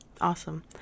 Awesome